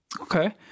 Okay